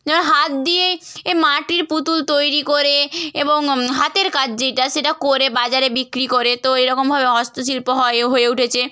যারা হাত দিয়ে এ মাটির পুতুল তৈরি করে এবং হাতের কাজ যেটা সেটা করে বাজারে বিক্রি করে তো এরকমভাবে হস্তশিল্প হয় ও হয়ে উঠেছে